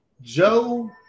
Joe